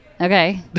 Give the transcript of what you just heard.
Okay